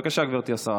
בבקשה, גברתי השרה.